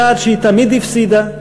יודעת שהיא תמיד הפסידה,